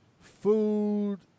food